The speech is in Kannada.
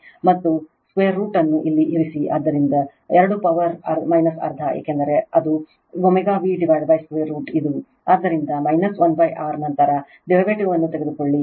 ಮತ್ತು 2ರೂಟ್ ಅನ್ನು ಇಲ್ಲಿ ಇರಿಸಿ ಆದ್ದರಿಂದ 2 ಪವರ್ ಅರ್ಧ ಏಕೆಂದರೆ ಅದು ω V √ ಇದು ಆದ್ದರಿಂದ 1 R ನಂತರ derivative ವನ್ನು ತೆಗೆದುಕೊಳ್ಳಿ